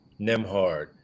Nemhard